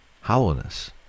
hollowness